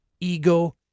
ego